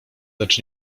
lecz